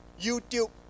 YouTube